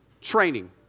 training